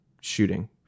shooting